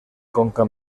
conca